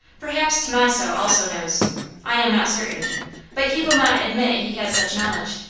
perhaps tommaso also knows i am not certain but he will not admit he has such knowledge.